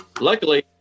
Luckily